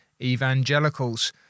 evangelicals